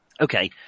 Okay